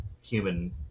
human